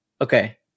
okay